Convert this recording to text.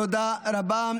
תודה רבה.